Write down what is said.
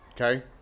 Okay